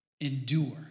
Endure